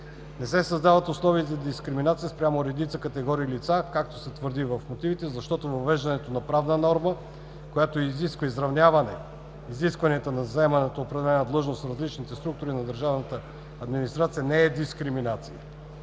Не се създават и условия за дискриминация спрямо редица категории лица, както се твърди в мотивите, защото въвеждането на правна норма, която изравнява изискванията за заемане на определена длъжност в различните структури на държавната администрация